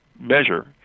measure